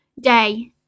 day